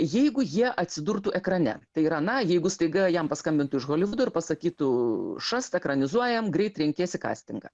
jeigu jie atsidurtų ekrane tai yra na jeigu staiga jam paskambintų iš holivudo ir pasakytų šast ekranizuojam greit renkiesi kastingą